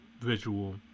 visual